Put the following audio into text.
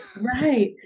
Right